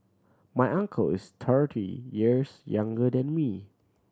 my uncle is thirty years younger than me